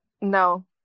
no